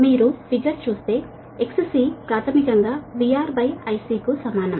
మీరు ఫిగర్ చూస్తే XC ప్రాథమికంగా VRIC కు సమానం